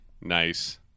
Nice